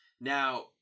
now